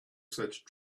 such